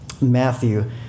Matthew